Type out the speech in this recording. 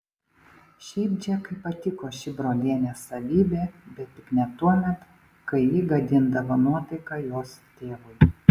šiaip džekai patiko ši brolienės savybė bet tik ne tuomet kai ji gadindavo nuotaiką jos tėvui